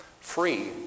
free